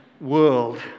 world